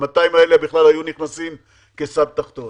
ה-200 האלה היו נכנסים בכלל כסד תחתון.